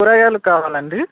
కూరగాయలు కావాలి అండి